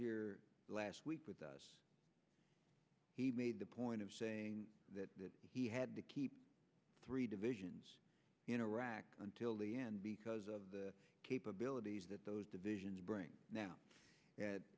here last week with us he made the point of saying that he had to keep three divisions in iraq until the end because of the capabilities that those divisions bring now